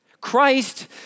Christ